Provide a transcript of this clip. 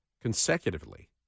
consecutively